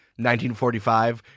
1945